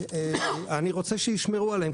אני רוצה שישמרו עליהן.